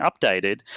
updated